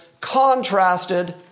contrasted